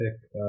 pick